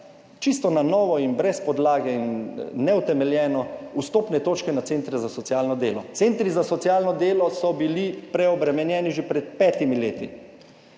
čisto na novo in brez podlage in neutemeljeno, vstopne točke na centre za socialno delo. Centri za socialno delo so bili preobremenjeni že pred petimi leti.